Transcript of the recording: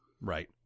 right